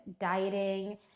dieting